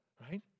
right